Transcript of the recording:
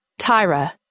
Tyra